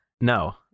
no